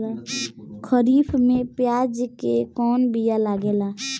खरीफ में प्याज के कौन बीया लागेला?